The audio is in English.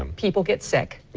um people get sick.